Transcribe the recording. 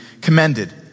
commended